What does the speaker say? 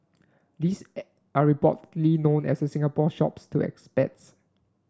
these are reportedly known as Singapore Shops to expats